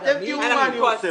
אתם תראו מה אני עושה לכם.